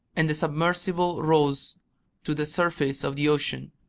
and the submersible rose to the surface of the ocean.